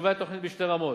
ביישובי התוכנית בשתי רמות,